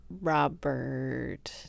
Robert